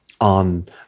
on